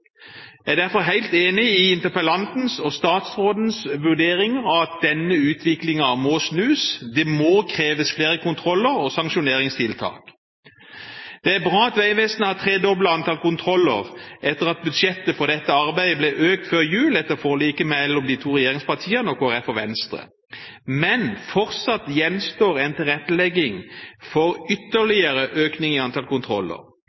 Jeg er derfor helt enig i interpellantens og statsrådens vurderinger av at denne utviklingen må snus, og at det må kreves flere kontroller og sanksjoneringstiltak. Det er bra at Vegvesenet har tredoblet antall kontroller etter at budsjettet for dette arbeidet ble økt før jul etter forliket mellom de to regjeringspartiene og Kristelig Folkeparti og Venstre. Men fortsatt gjenstår en tilrettelegging for ytterligere økning i antall kontroller.